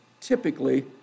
typically